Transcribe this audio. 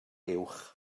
uwch